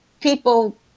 people